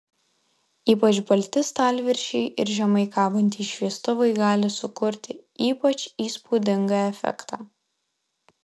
ypač balti stalviršiai ir žemai kabantys šviestuvai gali sukurti ypač įspūdingą efektą